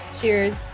Cheers